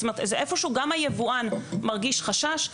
זאת אומרת איפה שהוא גם היבואן מרגיש חשש.